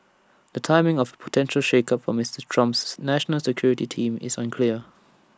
the timing of A potential shakeup for Mister Trump's national security team is unclear